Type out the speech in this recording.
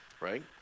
right